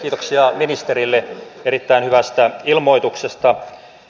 kiitoksia ministerille erittäin hyvästä ilmoituksesta